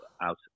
out